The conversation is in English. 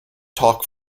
talk